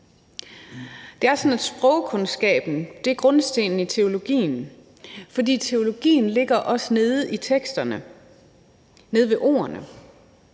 Det er sådan, at sprogkundskaben er grundstenen i teologien, for teologien ligger også nede i teksterne, nede ved ordene,